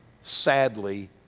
sadly